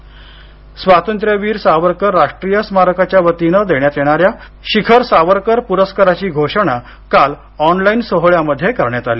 सावरकर पुरस्कार स्वातंत्र्यवीर सावरकर राष्ट्रीय स्मारकाच्या वतीनं देण्यात येणा या शिखर सावरकर पुरस्कारांची घोषणा काल ऑनलाईन सोहोळ्यामध्ये करण्यात आली